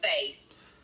face